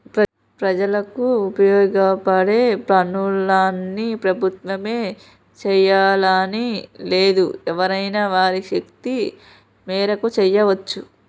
ప్రజలకు ఉపయోగపడే పనులన్నీ ప్రభుత్వమే చేయాలని లేదు ఎవరైనా వారి శక్తి మేరకు చేయవచ్చు